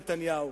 נתניהו.